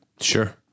Sure